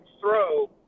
throw